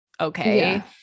okay